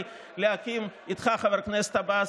תעשו משהו לאג'נדה שלכם.